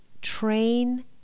train